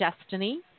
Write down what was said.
destiny